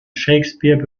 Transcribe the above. shakespeare